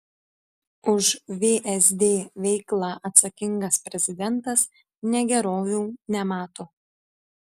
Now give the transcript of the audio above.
už vsd veiklą atsakingas prezidentas negerovių nemato